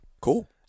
Cool